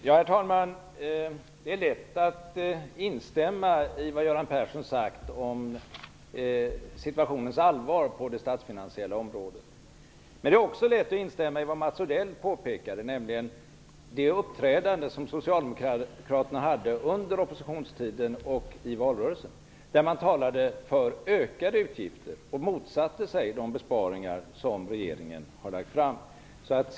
Herr talman! Det är lätt att instämma i det som Göran Persson sagt om allvaret i situationen på det statsfinansiella området. Men det är också lätt att instämma i Mats Odells påpekande om socialdemokraternas uppträdande under oppositionstiden och i valrörelsen, då de talade för ökade utgifter och motsatte sig de besparingar som regeringen hade föreslagit.